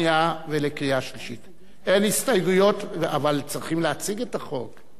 בקריאה שלישית ונכנס לספר החוקים של מדינת ישראל.